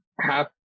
half